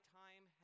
time